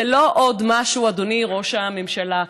זה לא עוד משהו, אדוני ראש הממשלה.